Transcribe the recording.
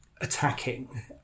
attacking